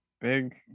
big